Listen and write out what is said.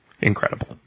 incredible